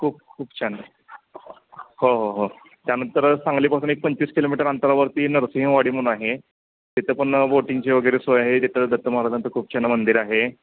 खूप खूप छान हो हो हो त्यानंतर सांगलीपासून एक पंचवीस किलोमीटर अंतरावरती नरसिंहवाडी म्हणून आहे तिथं पण बोटिंगचे वगैरे सोय आहे तिथं दत्तमहाराजांचं खूप छान मंदिर आहे